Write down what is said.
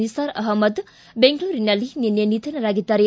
ನಿಸಾರ್ ಅಹಮದ್ ಬೆಂಗಳೂರಿನಲ್ಲಿ ನಿನ್ನೆ ನಿಧನರಾಗಿದ್ದಾರೆ